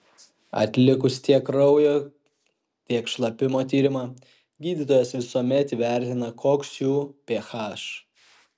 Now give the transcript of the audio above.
atlikus tiek kraujo tiek šlapimo tyrimą gydytojas visuomet įvertina koks jų ph